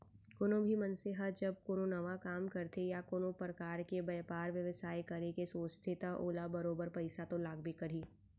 कोनो भी मनसे ह जब कोनो नवा काम करथे या कोनो परकार के बयपार बेवसाय करे के सोचथे त ओला बरोबर पइसा तो लागबे करही